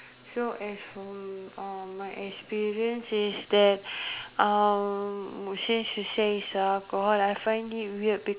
so as for uh my experience is that um since you say is alcohol I find it weird be~